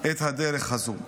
את הדרך הזאת.